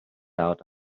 out